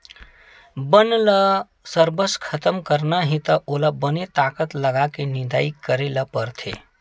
बन ल सरबस खतम करना हे त ओला बने ताकत लगाके निंदई करे ल परथे